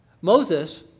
Moses